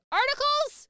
articles